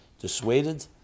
dissuaded